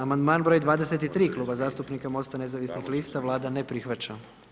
Amandman broj 23 Kluba zastupnika Mosta nezavisnih lista, Vlada ne prihvaća.